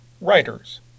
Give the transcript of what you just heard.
writers